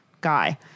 guy